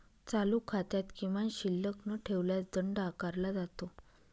चालू खात्यात किमान शिल्लक न ठेवल्यास दंड आकारला जातो